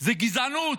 זה גזענות,